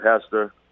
Hester